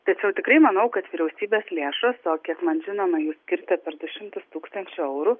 tiesiog tikrai manau kad vyriausybės lėšos o kiek man žinoma jai skirta per du šimtus tūkstančių eurų